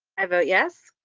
i vote yes.